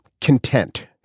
content